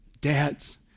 dads